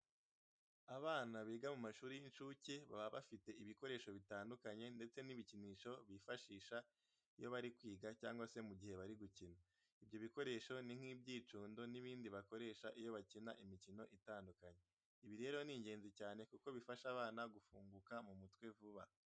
Abana biga mu mashuri y'incuke baba bafite ibikoresho bitandukanye ndetse n'ibikinisho bifashisha iyo bari kwiga cyangwa se mu gihe bari gukina. Ibyo bikoresho ni nk'ibyicundo n'ibindi bakoresha iyo bakina imikino itandukanye. Ibi rero ni ingenzi cyane kuko bifasha abana gufunguka mu mutwe vuba.